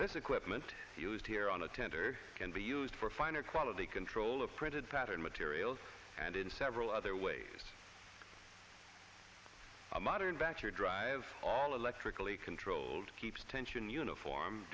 this equipment used here on a tender can be used for finer quality control of printed fat and materials and in several other ways a modern back your drive all electrically controlled keeps tension uniform